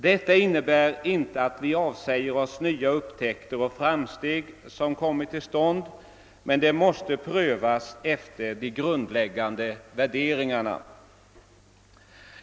Detta innebär inte att vi avsäger oss nya upptakter och framsteg, men de måste prövas efter de grundläggande värderingarna.